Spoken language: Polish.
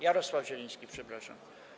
Jarosław Zieliński, przepraszam.